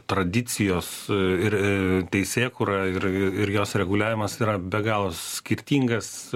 tradicijos ir teisėkūra ir ir jos reguliavimas tai yra be galo skirtingas